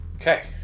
Okay